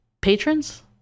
patrons